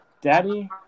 Daddy